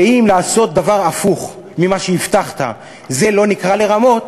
ואם לעשות דבר הפוך ממה שהבטחת זה לא נקרא לרמות,